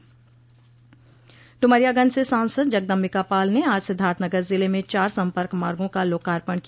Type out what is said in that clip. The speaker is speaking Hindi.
डुमरियागंज से सांसद जगदम्बिका पाल ने आज सिद्धार्थनगर जिले में चार सम्पर्क मार्गो का लोकार्पण किया